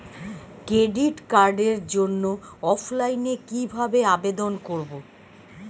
Credit কার্ডের জন্য অফলাইনে কিভাবে আবেদন করব?